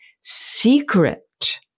secret